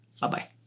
Bye-bye